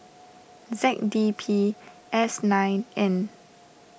Z D P S nine N